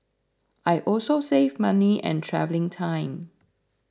I also save money and travelling time